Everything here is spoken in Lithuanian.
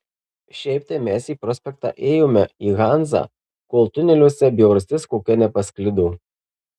šiaip tai mes į prospektą ėjome į hanzą kol tuneliuose bjaurastis kokia nepasklido